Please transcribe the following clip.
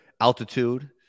altitude